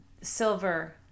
silver